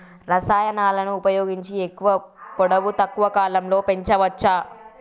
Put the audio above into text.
రసాయనాలను ఉపయోగించి ఎక్కువ పొడవు తక్కువ కాలంలో పెంచవచ్చా?